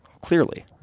clearly